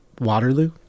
Waterloo